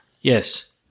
Yes